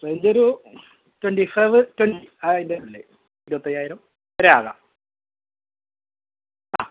range twenty five ട്വ ഇത് ഇരുപത്തയ്യായിരം വരെയാകാം ആ